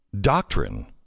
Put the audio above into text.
doctrine